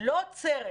לא עוצרת.